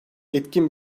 etkin